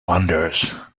wanders